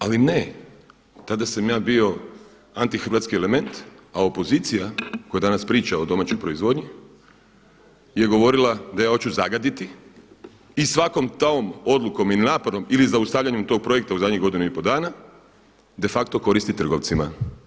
Ali ne, tada sam ja bio antihrvatski element, a opozicija koja danas priča o domaćoj proizvodnji je govorila da ja hoću zagaditi i svakom tom odlukom ili napadom ili zaustavljanjem tog projekta u zadnjih godinu i pol dana de facto koristit trgovcima.